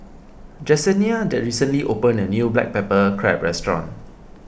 Jessenia recently opened a new Black Pepper Crab restaurant